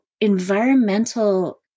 environmental